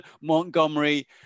Montgomery